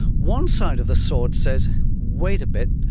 one side of the sword says wait a bit,